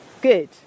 Good